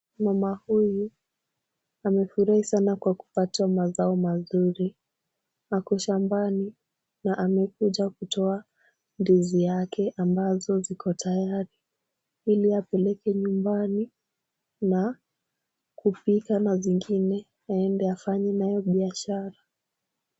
Mama huyu amefurahia sana kwa kupata mazao mazuri. Ako shambani na amekuja kutoa ndizi yake ambazo ziko tayari, ili apeleke nyumbani na kupika na zingine aende afanye nayo biashara.